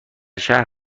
شهر